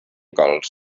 cols